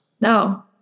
No